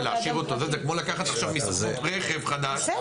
זה כמו לקחת עכשיו מסוכנות רכב חדש,